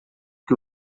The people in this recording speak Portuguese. que